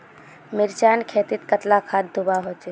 मिर्चान खेतीत कतला खाद दूबा होचे?